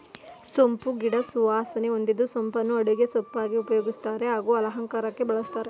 ಸೋಂಪು ಗಿಡ ಸುವಾಸನೆ ಹೊಂದಿದ್ದು ಸೋಂಪನ್ನು ಅಡುಗೆ ಸೊಪ್ಪಾಗಿ ಉಪಯೋಗಿಸ್ತಾರೆ ಹಾಗೂ ಅಲಂಕಾರಕ್ಕಾಗಿ ಬಳಸ್ತಾರೆ